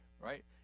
right